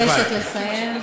אני מבקשת לסיים.